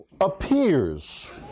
appears